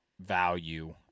value